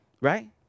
Right